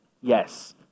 yes